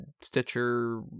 Stitcher